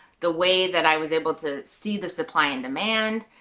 the way that i was able to see the supply and demand,